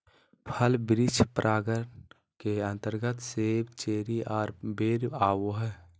फल वृक्ष परागण के अंतर्गत सेब, चेरी आर बेर आवो हय